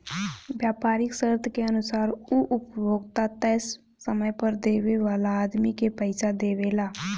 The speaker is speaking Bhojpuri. व्यापारीक शर्त के अनुसार उ उपभोक्ता तय समय पर देवे वाला आदमी के पइसा देवेला